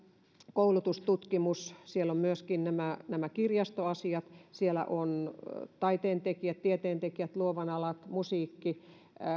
koulutustutkimus siellä on myöskin nämä nämä kirjastoasiat siellä on taiteentekijät tieteentekijät luovat alat musiikki